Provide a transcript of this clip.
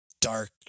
Dark